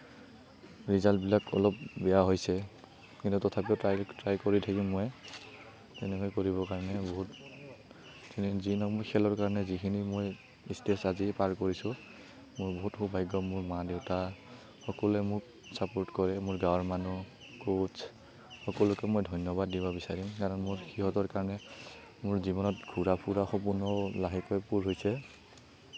ৰিজাল্টবিলাক অলপ বেয়া হৈছে কিন্তু তথাপিও ট্ৰাই ট্ৰাই কৰি থাকিম মই তেনেকুৱা কৰিবৰ কাৰণে বহুত যি নহওক মই খেলৰ কাৰণে যিখিনি মই ষ্টেজ আজি পাৰ কৰিছোঁ মোৰ বহুত সৌভাগ্য মোৰ মা দেউতাই সকলোৱে মোক চাপৰ্ট কৰে মোৰ গাঁৱৰ মানুহ ক'চ্চ সকলোকে মই ধন্যবাদ দিব বিচাৰিম কাৰণ মই সিহঁতৰ কাৰণে মোৰ জীৱনত ঘূৰা ফুৰা সপোনো লাহেকৈ পূৰ হৈছে